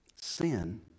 Sin